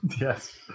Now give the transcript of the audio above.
yes